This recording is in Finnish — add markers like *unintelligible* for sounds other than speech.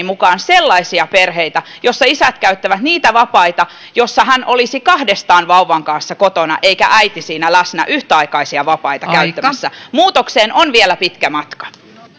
*unintelligible* mukaan sellaisia perheitä joissa isät käyttävät niitä vapaita jolloin hän olisi kahdestaan vauvan kanssa kotona eikä äiti siinä läsnä yhtäaikaisia vapaita käyttämässä muutokseen on vielä pitkä matka